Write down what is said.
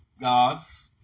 gods